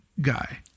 guy